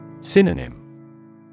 Synonym